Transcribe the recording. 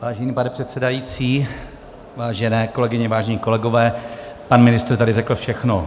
Vážený pane předsedající, vážené kolegyně, vážení kolegové, pan ministr tady řekl všechno.